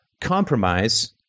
compromise